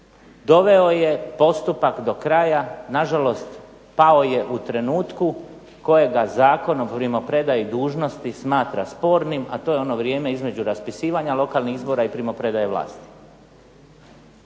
doveo je postupak do kraja. Nažalost, pao je u trenutku kojega Zakon o primopredaji dužnosti smatra spornim a to je ono vrijeme između raspisivanja lokalnih izbora i primopredaje vlasti.